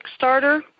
Kickstarter